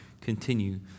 continue